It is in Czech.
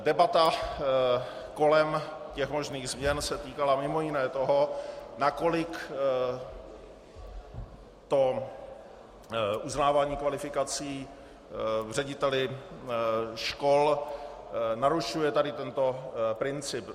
Debata kolem těch možných změn se týkala mimo jiné toho, nakolik uznávání kvalifikací řediteli škol narušuje tady tento princip.